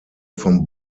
vom